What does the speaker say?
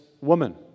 woman